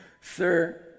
Sir